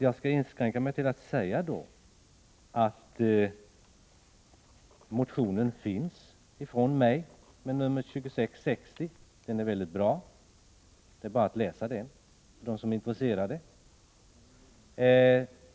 Jag inskränker mig därför till att säga att min motion nr 2660 finns. Den är väldigt bra, och det är bara för dem som är intresserade att läsa den.